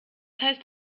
heißt